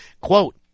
Quote